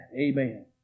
Amen